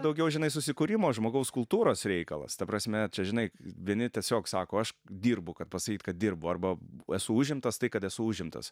daugiau žinai susikūrimo žmogaus kultūros reikalas ta prasme čia žinai vieni tiesiog sako aš dirbu kad pasakyt kad dirbu arba bu esu užimtas tai kad esu užimtas